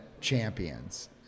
champions